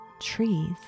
trees